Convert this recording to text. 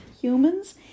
humans